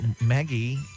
Maggie